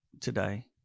today